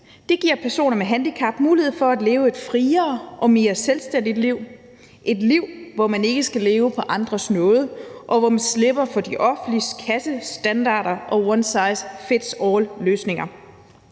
Det giver personer med handicap mulighed for at leve et friere og mere selvstændigt liv; et liv, hvor man ikke skal leve på andres nåde, og hvor man slipper for det offentliges kassestandarder og one size fits all-løsninger.